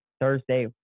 Thursday